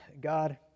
God